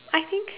I think